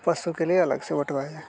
पशु के लिए अलग से बटवाएं हैं